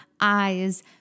eyes